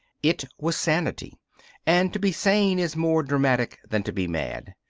it was sanity and to be sane is more dramatic than to be mad.